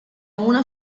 una